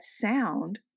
sound